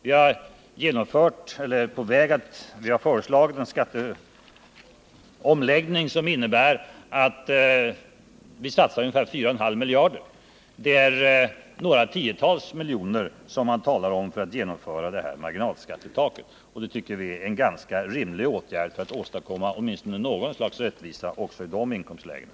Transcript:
Vi har föreslagit en skatteomläggning som innebär en satsning på ungefär 4,5 miljarder kronor, inkl. kommunalekonomin. Ett genomförande av detta marginalskattetak, som vi talar om, kostar några tiotals miljoner kronor. Det tycker vi är en rimlig åtgärd för att åstadkomma åtminstone något slag av rättvisa också i de höga inkomstlägena.